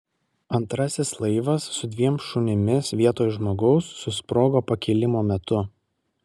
antrasis laivas su dviem šunimis vietoj žmogaus susprogo pakilimo metu